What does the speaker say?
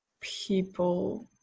people